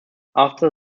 after